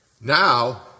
Now